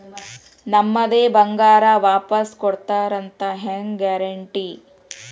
ನಮ್ಮದೇ ಬಂಗಾರ ವಾಪಸ್ ಕೊಡ್ತಾರಂತ ಹೆಂಗ್ ಗ್ಯಾರಂಟಿ?